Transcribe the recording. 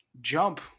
jump